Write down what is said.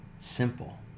simple